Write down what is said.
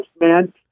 man